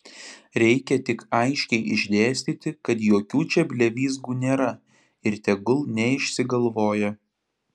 reikia tik aiškiai išdėstyti kad jokių čia blevyzgų nėra ir tegul neišsigalvoja